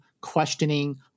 questioning